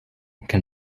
can